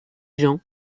jean